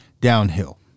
downhill